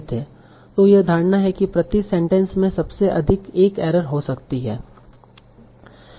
तो यह धारणा है कि प्रति सेंटेंस में सबसे अधिक एक एरर हो सकती है